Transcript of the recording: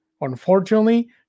Unfortunately